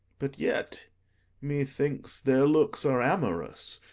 but yet methinks their looks are amorous,